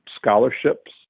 scholarships